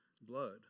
blood